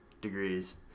degrees